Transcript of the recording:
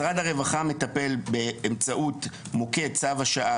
משרד הרווחה מטפל באמצעות מוקד צו השעה,